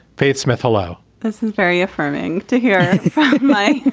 faith smith, hello this is very affirming to hear my